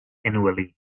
annually